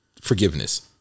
Forgiveness